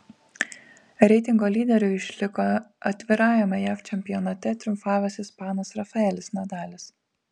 reitingo lyderiu išliko atvirajame jav čempionate triumfavęs ispanas rafaelis nadalis